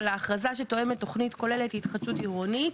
אלא אם כן מישהו רוצה לומר עוד משהו שנורא דחוף לו לומר,